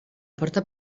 porta